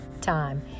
time